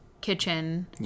kitchen